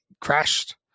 crashed